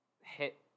hit